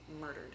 murdered